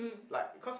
like cause